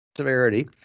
severity